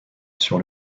sur